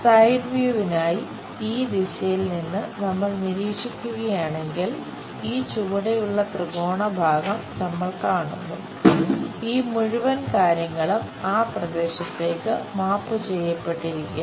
side വ്യൂവിനായി ചെയ്യപ്പെട്ടിരിക്കുന്നു